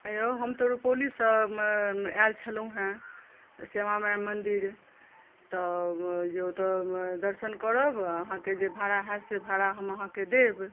हे यौ हम तऽ रुपौलीसँ आएल छलहुँ हँ श्यामा माई मन्दिर तऽ ओतय दर्शन करब अहाँके जे भाड़ा होएत से भाड़ा हम अहाँकेँ देब